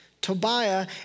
Tobiah